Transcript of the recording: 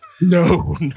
No